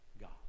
God